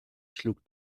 schlug